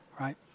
right